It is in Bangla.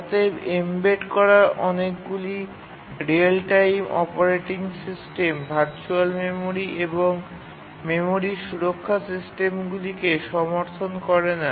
অতএব এম্বেড করা অনেকগুলি real time operating system virtual memory এবং মেমরি সুরক্ষা সিস্টেমগুলিকে সমর্থন করে না